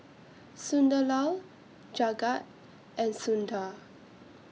Sunderlal Jagat and Sundar